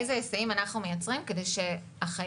איזה היסעים אנחנו מייצרים כדי שהחיילים